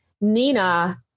Nina